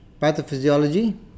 Pathophysiology